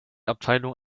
abteilung